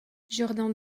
jordan